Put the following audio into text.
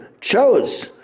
chose